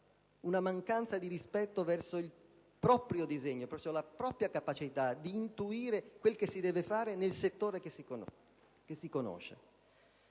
mancanza di rispetto verso il proprio disegno, verso la propria capacità di intuire quel che si deve fare nel settore che si conosce.